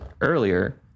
earlier